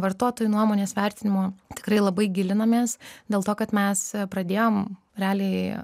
vartotojų nuomonės vertinimo tikrai labai gilinomės dėl to kad mes pradėjom realiai